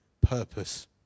purpose